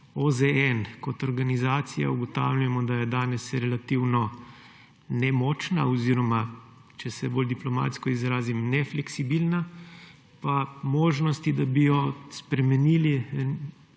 OZN kot organizacijo, ugotavljamo, da je danes relativno nemočna, oziroma če se bolj diplomatsko izrazim, nefleksibilna, pa možnosti, da bi jo spremenili,